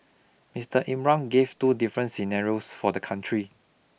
Mister Imran gave two different scenarios for the country